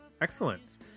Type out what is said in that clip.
Excellent